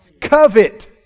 covet